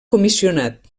comissionat